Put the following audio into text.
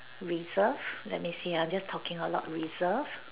reserve let me see ah I'm just talking out loud reserve